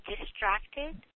distracted